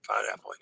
pineapple